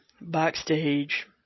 backstage